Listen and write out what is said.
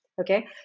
Okay